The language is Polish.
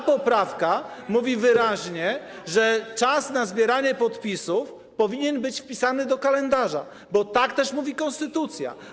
Ta poprawka mówi wyraźnie, że czas na zbieranie podpisów powinien być wpisany do kalendarza, bo tak też mówi konstytucja.